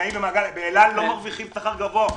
נמצאים באל על, לא מרוויחים שכר גבוה.